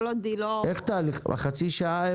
בחצי שעה?